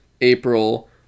April